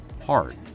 hard